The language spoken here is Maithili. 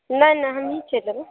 नहि नहि हमहीं चलि एबय